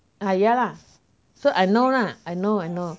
ah ya lah so I know lah I know I know